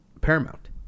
paramount